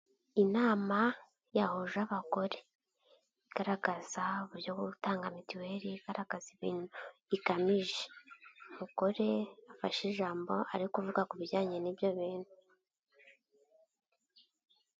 Inama yahuje abagore, igaragaza uburyo bwo gutanga mituweri, igaragaza ibintu igamije, umugore afashe ijambo, ari kuvuga ku bijyanye n'ibyo bintu.